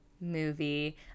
movie